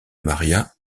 maria